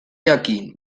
jakin